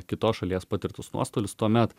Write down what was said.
kitos šalies patirtus nuostolius tuomet